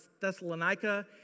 Thessalonica